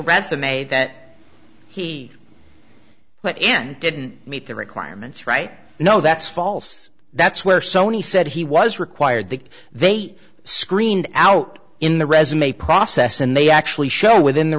resume that he put in didn't meet the requirements right no that's false that's where sony said he was required that they screened out in the resume process and they actually show within the